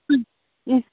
ಹ್ಞೂ ಹ್ಞೂ